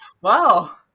Wow